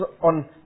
on